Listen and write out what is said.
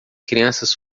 crianças